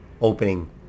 opening